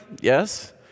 Yes